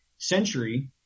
century